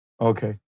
Okay